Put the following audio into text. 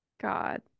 God